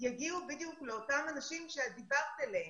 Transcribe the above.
יגיעו בדיוק לאותם אנשים שאת דיברת עליהם,